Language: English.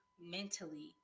mentally